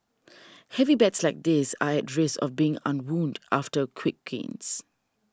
heavy bets like this are at risk of being unwound after quick gains